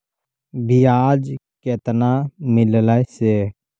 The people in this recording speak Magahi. बियाज केतना मिललय से?